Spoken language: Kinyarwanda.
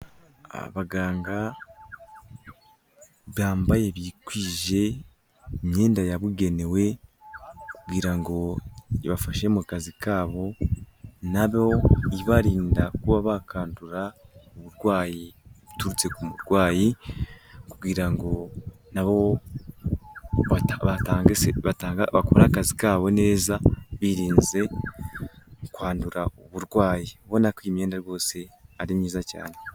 Abaganga bwambaye bikwije, imyenda yabugenewe kugira ngo ibafashe mu kazi kabo, nabo ibarinda kuba bakandura uburwayi buturutse ku murwayi, kugira ngo nabo bakore akazi kabo neza, birinze mu kwandura uburwayi, ubona ko iyi myenda rwose ari myiza cyane.